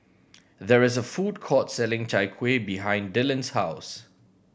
there is a food court selling Chai Kueh behind Dyllan's house